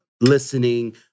listening